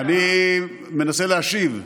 אני מנסה להשיב.